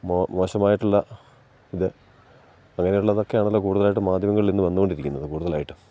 മോശമായിട്ടുള്ള ഇത് അങ്ങനെയുള്ളതൊക്കെയാണല്ലോ കൂടുതലായിട്ടും മാധ്യമങ്ങളിലിന്ന് വന്നുകൊണ്ടിരിക്കുന്നത് കൂടുതലായിട്ടും